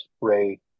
Ray